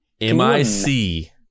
M-I-C